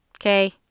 Okay